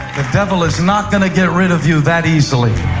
the devil is not going to get rid of you that easily.